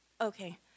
Okay